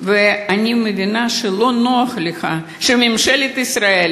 ואני מבינה שלא נוח לך שממשלת ישראל,